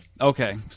Okay